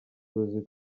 tuzi